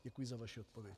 Děkuji za vaši odpověď.